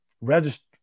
register